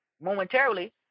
momentarily